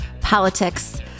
politics